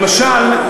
למשל,